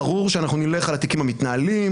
ברור שאנחנו נלך על התיקים המתנהלים,